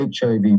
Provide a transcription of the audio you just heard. HIV